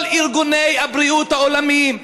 כל ארגוני הבריאות העולמיים,